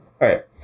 right